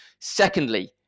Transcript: Secondly